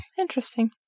Interesting